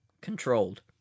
controlled